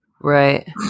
Right